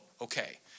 Okay